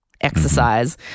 exercise